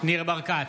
ניר ברקת,